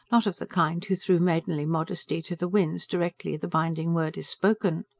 not of the kind who throw maidenly modesty to the winds, directly the binding word is spoken.